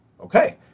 Okay